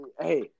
Hey